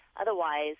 Otherwise